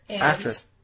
Actress